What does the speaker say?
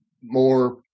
more